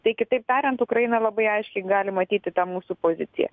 tai kitaip tariant ukraina labai aiškiai gali matyti tą mūsų poziciją